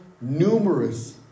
numerous